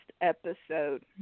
episode